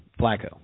Flacco